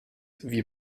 wie